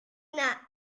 una